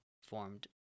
formed